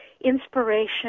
inspiration